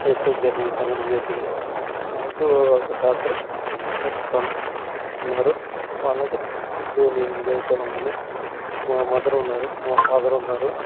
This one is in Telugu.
ఎప్పుడూ జరిగిన ఒక సంఘటన జరిగింది మాకు ఒక డాటర్ ఒక సన్ ఉన్నారు వాల్ల దగ్గర ఇప్పుడు నేను ఎంజాయ్తో ఉన్నాను మా మదర్ ఉన్నారు మా ఫాదర్ ఉన్నారు